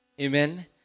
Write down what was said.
Amen